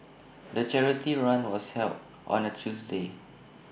the charity run was held on A Tuesday